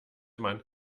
man